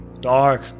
Dark